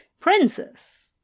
Princess